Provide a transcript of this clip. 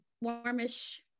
warmish